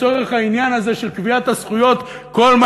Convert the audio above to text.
לצורך העניין הזה של קביעת הזכויות כל מה